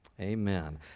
Amen